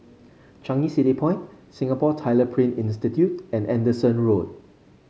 Changi City Point Singapore Tyler Print Institute and Anderson Road